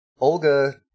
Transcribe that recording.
Olga